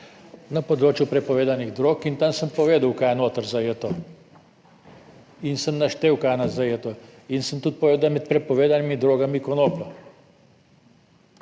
na področju prepovedanih drog in tam sem povedal, kaj je noter zajeto in sem naštel, kaj je zajeto in sem tudi povedal, da je med prepovedanimi drogami konoplja.